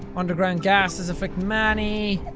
underground gasses afflict many.